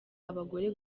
abagore